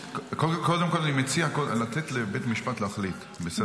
קודם כול, אני מציע לתת לבית משפט להחליט, בסדר?